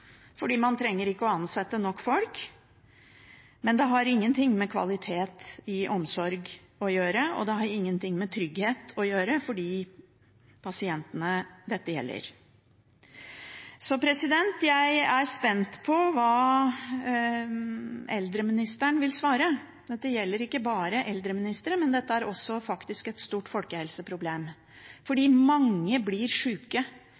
fordi man ikke trenger å ansette nok folk, men det har ingenting med kvalitet i omsorg å gjøre. Og det har ingenting med trygghet for de pasientene dette gjelder, å gjøre. Jeg er spent på hva eldreministeren vil svare. Dette gjelder ikke bare eldreomsorg, dette er faktisk et stort folkehelseproblem, for mange blir